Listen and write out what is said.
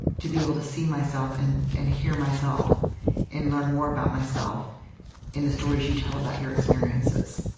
to be able to see myself and and hear myself and learn more about myself in the stories you tell about your experiences